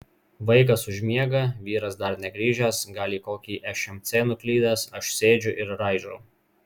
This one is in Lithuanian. vaikas užmiega vyras dar negrįžęs gal į kokį šmc nuklydęs aš sėdžiu ir raižau